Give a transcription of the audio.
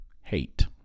hate